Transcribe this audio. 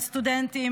על סטודנטים,